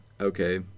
Okay